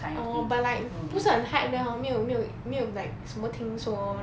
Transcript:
orh but like 不是很 hype 的 hor 没有没有没有 like 什么听说